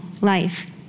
life